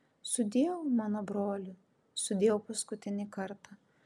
sudieu mano broli sudieu paskutinį kartą